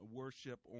worship